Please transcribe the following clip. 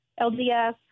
LDS